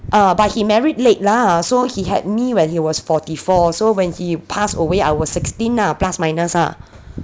err but he married late lah so he had me when he was forty four so when he passed away I was sixteen plus minus ah